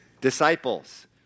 disciples